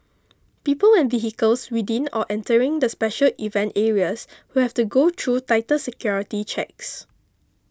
people and vehicles within or entering the special event areas will have to go through tighter security checks